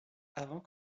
avant